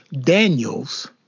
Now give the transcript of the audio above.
Daniels